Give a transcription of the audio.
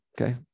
okay